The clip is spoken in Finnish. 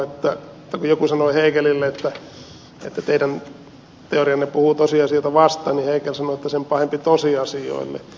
kun joku sanoi hegelille että teidän teorianne puhuu tosiasioita vastaan niin hegel sanoi että sen pahempi tosiasioille